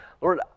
Lord